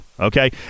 Okay